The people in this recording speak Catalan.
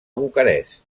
bucarest